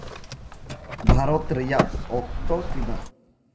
ᱵᱷᱟᱨᱚᱛ ᱨᱮᱭᱟᱜ ᱚᱠᱛᱚ ᱛᱤᱱᱟᱹᱜ